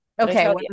okay